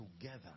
together